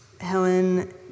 Helen